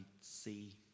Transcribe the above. see